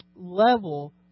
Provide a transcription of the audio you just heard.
level